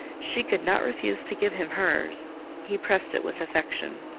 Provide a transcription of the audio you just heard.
she could not refuse to give him hers he pressed it with affection.